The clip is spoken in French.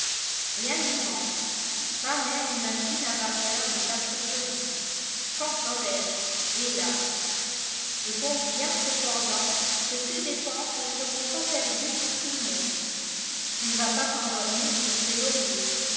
rien n'y manque pas même une machine à vapeur de quatre chevaux qu'en ferai-je hélas je compte bien cependant que ces dépenses ne seront pas perdues pour tout le monde tu ne vas pas t'endormir sur tes lauriers